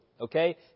Okay